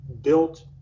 built